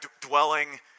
dwelling